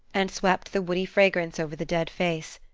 and swept the woody fragrance over the dead face,